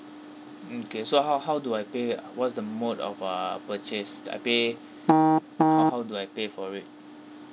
mm okay so how how do I pay uh what's the mode of uh purchase I pay how do I pay for it